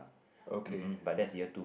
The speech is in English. okay uh